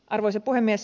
arvoisa puhemies